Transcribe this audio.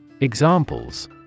Examples